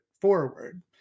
forward